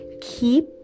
keep